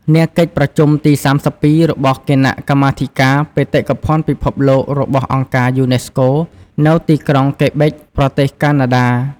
នាកិច្ចប្រជុំទី ៣២ របស់ គណៈកម្មាធិការ បេតិកភណ្ឌពិភពលោករបស់អង្គការ យូណេស្កូ នៅទីក្រុង កេបិចប្រទេសកាណាដា ។